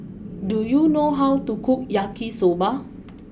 do you know how to cook Yakisoba